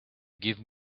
give